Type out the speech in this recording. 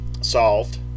solved